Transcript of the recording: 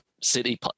city